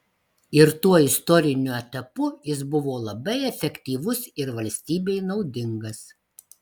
ir tuo istoriniu etapu jis buvo labai efektyvus ir valstybei naudingas